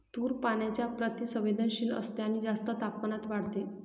तूर पाण्याच्या प्रति संवेदनशील असते आणि जास्त तापमानात वाढते